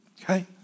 okay